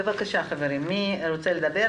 בבקשה, חברים, מי רוצה לדבר?